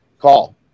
call